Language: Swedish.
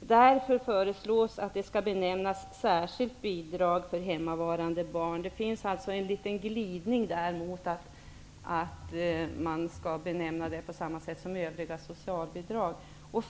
Därför föreslås det att det skall benämnas särskilt bidrag för hemmavarande barn. Det finns alltså en liten glidning mot att det skall benämnas på samma sätt som övriga socialbidrag.